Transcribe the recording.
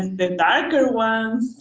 and the darker ones.